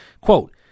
Quote